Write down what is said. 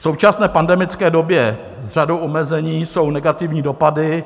V současné pandemické době s řadou omezení jsou negativní dopady